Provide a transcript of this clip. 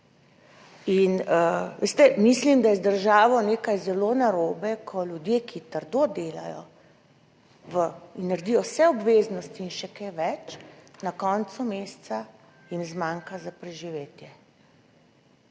mislim, da je z državo nekaj zelo narobe, ko ljudje, ki trdo delajo in opravijo vse obveznosti in še kaj več, na koncu meseca jim zmanjka za preživetje.